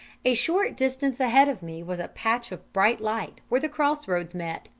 a short distance ahead of me was a patch of bright light, where the cross-roads met.